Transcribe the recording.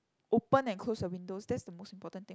open and close your windows that's the most important thing